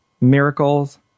miracles